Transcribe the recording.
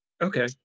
Okay